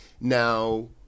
Now